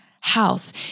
house